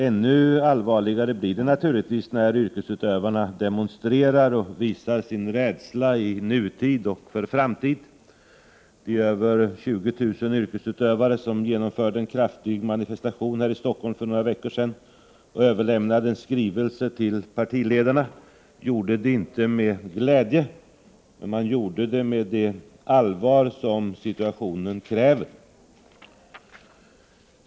Ännu allvarligare blir det naturligtvis när yrkesutövarna demonstrerar och visar sin rädsla i nutid och inför framtiden. De över 20 000 yrkesutövare som genomförde en kraftig manifestation här i Stockholm för en tid sedan och överlämnade en skrivelse till partiledarna gjorde det inte med glädje utan med det allvar som situationen kräver.